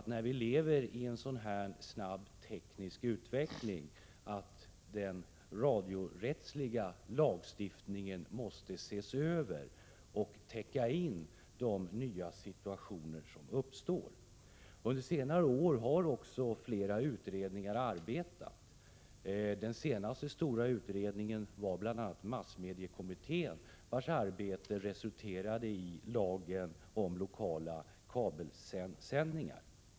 När vi lever i en sådan snabb teknisk utveckling säger det sig självt att den radiorättsliga lagstiftningen måste ses över och täcka in de nya situationer som uppstår. Under senare år har också flera utredningar arbetat. Den senaste stora utredningen var bl.a. massmediekommittén, vars arbete resulterade i lagen om lokala kabelsändningar.